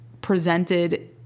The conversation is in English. presented